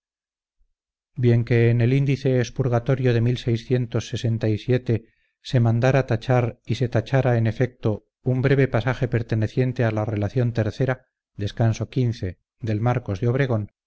bien que en el índice expurgatorio de se mandas tachar y se tachara en efecto un breve pasaje perteneciente a la relación tercera descanso quince del marcos de obregón